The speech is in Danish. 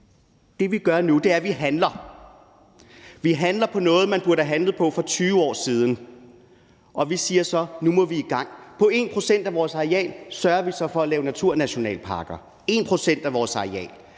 det, vi gør nu, er, at vi handler. Vi handler på noget, man burde have handlet på for 20 år siden, og vi siger så: Nu må vi i gang. På 1 pct. af vores areal sørger vi så for at lave naturnationalparker – 1 pct. af vores areal.